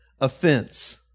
offense